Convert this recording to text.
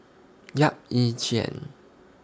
Yap Ee Chian